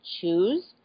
choose